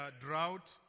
drought